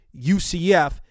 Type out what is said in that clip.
UCF